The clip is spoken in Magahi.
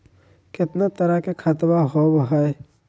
कितना तरह के खातवा होव हई?